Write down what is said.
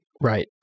Right